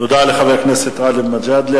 תודה לחבר הכנסת גאלב מג'אדלה.